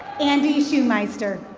andy schumeister.